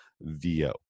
VO